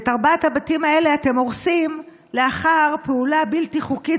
את ארבעת הבתים האלה אתם הורסים לאחר פעולה בלתי חוקית,